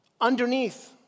underneath